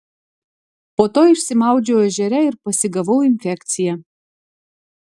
po to išsimaudžiau ežere ir pasigavau infekciją